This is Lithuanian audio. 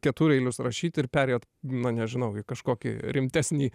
ketureilius rašyti ir perėjot na nežinau į kažkokį rimtesnį